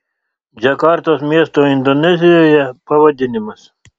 džakartos miesto indonezijoje pavadinimas